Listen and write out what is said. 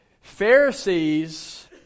Pharisees